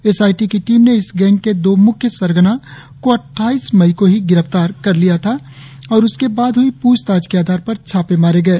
S I T की team ने इस गैंग के दो म्ख्य सरगना को अद्वाईस मई को ही गिरफ्तार कर लिया गया था और उसके बाद हई पूछताछ के आधार पर छापे मारे गए